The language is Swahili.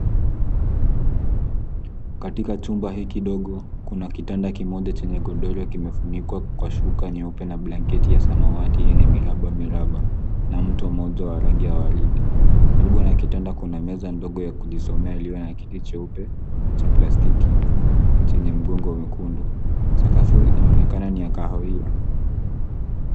Katika chumba hiki dogo, kuna kitanda kimoja chenye godoro kimefunikwa kwa shuka nyeupe na blanketi ya rangi ya samawati enye mirabamiraba na mto mmoja wa rangi ya waridi. Karibu na kitanda kuna meza ndogo ya kusomea lililo na kiti cheupe cha plastiki chenye mgongo mwekundu. Sakafu inaonekana ni ya kahawia.